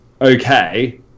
okay